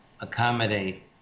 accommodate